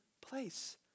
place